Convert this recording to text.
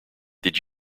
did